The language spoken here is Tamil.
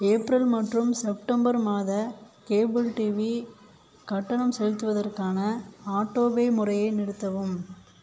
ஏப்ரல் மற்றும் செப்டம்பர் மாத கேபிள் டிவி கட்டணம் செலுத்துவதற்கான ஆட்டோபே முறையை நிறுத்தவும்